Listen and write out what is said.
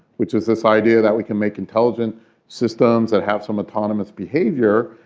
which is this idea that we can make intelligent systems that have some autonomous behavior,